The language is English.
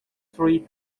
tree